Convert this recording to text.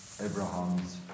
Abraham's